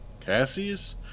Cassius